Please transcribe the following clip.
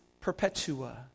Perpetua